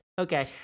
Okay